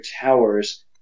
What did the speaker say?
towers